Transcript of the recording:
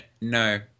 No